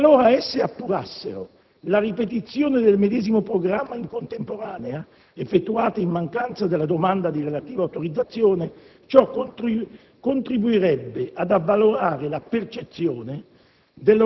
Qualora esse appurassero la ripetizione del medesimo programma in contemporanea, effettuata in mancanza della domanda di relativa autorizzazione, ciò contribuirebbe ad avvalorare la percezione